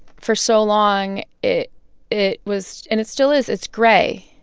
for so long it it was and it still is it's gray.